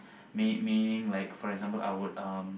meaning meaning like for example I would